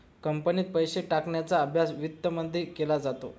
कंपनीत पैसे टाकण्याचा अभ्यास वित्तमध्ये केला जातो